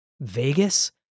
Vegas